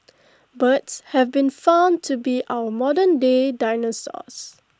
birds have been found to be our modernday dinosaurs